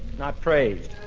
not praised.